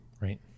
Right